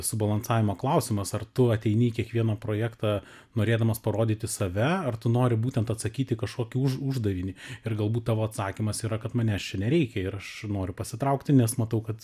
subalansavimo klausimas ar tu ateini į kiekvieno projektą norėdamas parodyti save ar tu nori būtent atsakyt į kažkokį už uždavinį ir galbūt tavo atsakymas yra kad manęs čia nereikia ir aš noriu pasitraukti nes matau kad